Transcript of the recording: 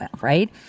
right